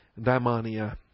daimonia